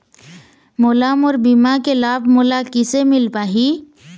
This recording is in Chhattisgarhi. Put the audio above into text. मोला मोर बीमा के लाभ मोला किसे मिल पाही?